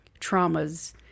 traumas